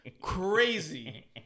crazy